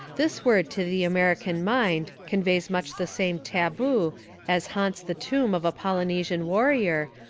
this word to the american mind conveys much the same taboo as haunts the tomb of a polynesian warrior,